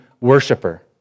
worshiper